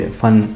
fun